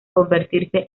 convertirse